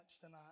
tonight